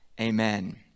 amen